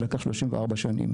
ולקח 34 שנים